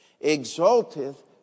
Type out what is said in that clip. exalteth